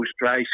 dry